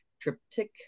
triptych